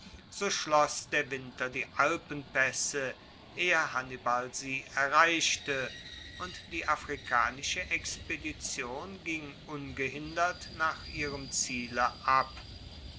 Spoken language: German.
so schloss der winter die alpenpaesse ehe hannibal sie erreichte und die afrikanische expedition ging ungehindert nach ihrem ziele ab